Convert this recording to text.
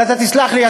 אבל אתה תסלח לי,